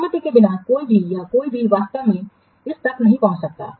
अनुमति के बिना कोई भी या कोई भी वास्तव में इस तक नहीं पहुंच सकता है